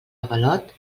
avalot